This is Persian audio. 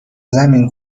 زمین